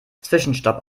zwischenstopp